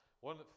one